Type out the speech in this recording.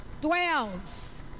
dwells